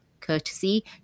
courtesy